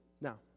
Now